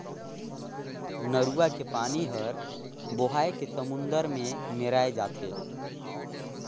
नरूवा के पानी हर बोहाए के समुन्दर मे मेराय जाथे